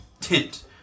tint